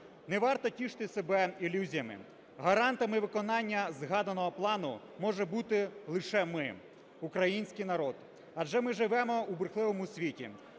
Не варто тішити себе ілюзіями. Гарантами виконання згаданого плану можемо бути лише ми – український народ, адже ми живемо у брехливому світі.